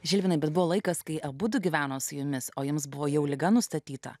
žilvinai bet buvo laikas kai abudu gyveno su jumis o jums buvo jau liga nustatyta